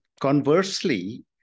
conversely